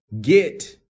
get